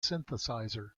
synthesizer